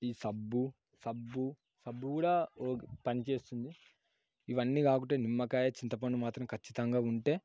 ఈ సబ్బు సబ్బు సబ్బు కూడా పనిచేస్తుంది ఇవన్నీ కాకుంటే నిమ్మకాయ చింతపండు మాత్రం ఖచ్చితంగా ఉంటే